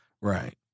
Right